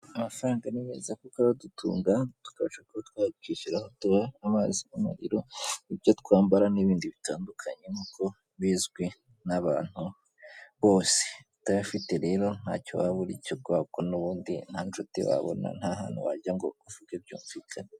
Amafaranga ni meza kuko aradutunga tukabasha kuba twakwishyuraho aho tuba amazi, umuriro ibyo twambara n'ibindi bitandukanye, nkuko bizwi n'abantu bose utayafite rero ntacyo waba uricyo kubera ko n'ubundi nta nshuti wabona nta hantu wajya ngo uvuge byumvikana.